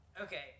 Okay